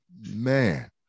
Man